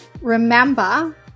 Remember